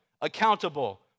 accountable